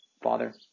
father